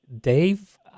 Dave